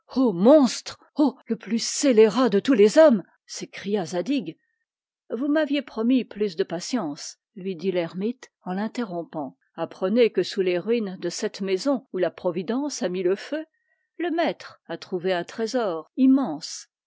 monstre ô le plus scélérat de tous les hommes s'écria zadig vous m'aviez promis plus de patience lui dit l'ermite en l'interrompant apprenez que sous les ruines de cette maison où la providence a mis le feu le maître a trouvé un trésor immense